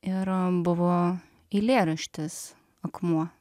ir buvo eilėraštis akmuo